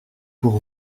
pour